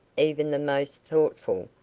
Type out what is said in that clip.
even the most thoughtful,